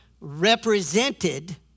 represented